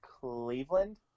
Cleveland